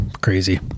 crazy